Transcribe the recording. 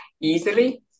easily